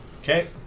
Okay